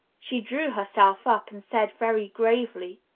she drew herself up and said very gravely,